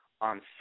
on